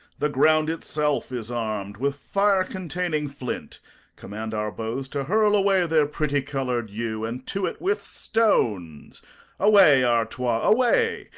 the ground it self is armed with fire containing flint command our bows to hurl away their pretty colored ew, and to it with stones away, artois, away!